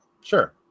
sure